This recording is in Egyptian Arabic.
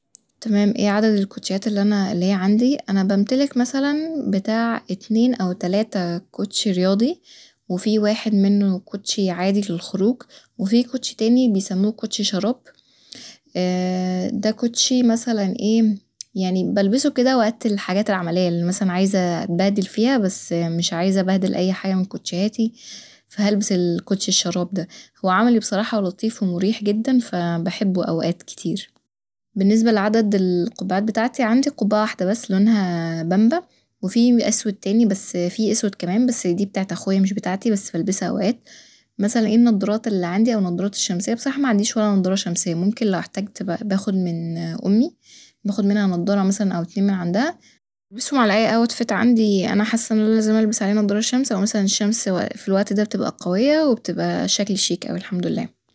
تمام ايه عدد الكوتشيات اللي انا اللي هي عندي ، أنا بمتلك مثلا بتاع اتنين أو تلاتة كوتشي رياضي وفي واحد منه كوتشي عادي للخروج وفي كوتشي تاني بيسموه كوتشي شراب ده كوتشي مثلا ايه يعني بلبسه كده وقت الحاجات العملية اللي مثلا عايزة ابهدل فيها بس مش عايزه ابهدل اي حاجة من كوتشيهاتي ف هلبس الكوتش الشراب ده ، هو عملي بصراحة ولطيف ومريح جدا ف بحبه اوقات كتير ، باللنسبة لعدد القبعات بتاعتي عندي قبعة واحدة بس لونها بمبى ، وفي أسود تاني بس في اسود كمان بس دي بتاعت أخويا مش بتاعتي بس بلبسها اوقات ، مثلا ايه النضارات اللي عندي أو النضارات الشمسية بصراحة معنديش ولا نضارة شمسية ممكن لو احتجت باخد من أمي باخد منها نضارة مثلا او اتنين من عندها بلبسهم على اي اوتفيت عندي انا حاسه ان انا لازم البس عليه نضارة شمس او مثلا الشمس ف الوقت ده بتبقى قوية وبتبقى شكلي شيك اوي الحمد لله